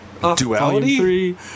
Duality